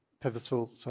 pivotal